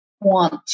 want